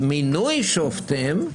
במינוי שופטים,